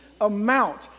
amount